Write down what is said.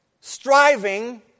striving